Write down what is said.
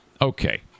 okay